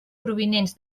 provinents